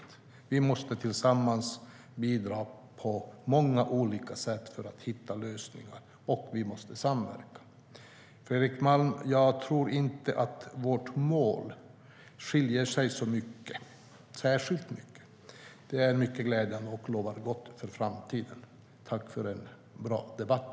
Vi måste tillsammans bidra på många olika sätt för att hitta lösningar, och vi måste samverka. Fredrik Malm! Jag tror inte att våra mål skiljer sig åt så särskilt mycket. Det är mycket glädjande, och det lovar gott för framtiden. Tack för en bra debatt!